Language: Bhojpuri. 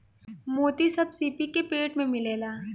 मोती सब सीपी के पेट में मिलेला